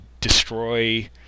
destroy